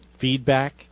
feedback